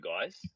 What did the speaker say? guys